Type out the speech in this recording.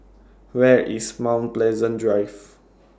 Where IS Mount Pleasant Drive